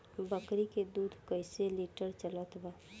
बकरी के दूध कइसे लिटर चलत बा?